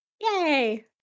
Yay